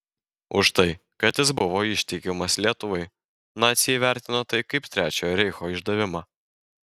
už tai kad jis buvo ištikimas lietuvai naciai įvertino tai kaip trečiojo reicho išdavimą